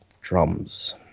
drums